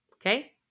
Okay